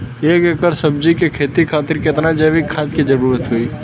एक एकड़ सब्जी के खेती खातिर कितना जैविक खाद के जरूरत होई?